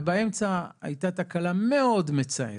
ובאמצע הייתה תקלה מאוד מצערת,